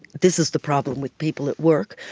this is the problem with people at work,